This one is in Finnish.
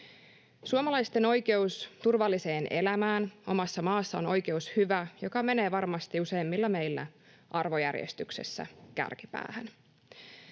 Suomalaisten oikeus turvalliseen elämään omassa maassa on oikeushyvä, joka menee varmasti useimmilla meistä arvojärjestyksessä kärkipäähän.